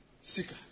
seeker